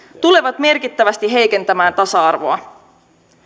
tulevat merkittävästi heikentämään tasa arvoa